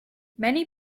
many